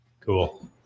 cool